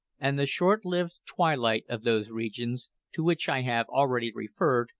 and the short-lived twilight of those regions, to which i have already referred,